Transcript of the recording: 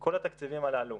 כל התקציבים הללו,